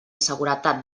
seguretat